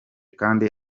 kandi